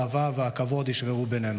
האהבה והכבוד ישררו בינינו.